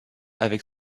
avec